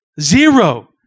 zero